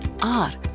art